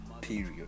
Period